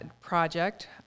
project